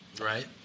Right